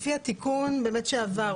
לפי התיקון שעבר,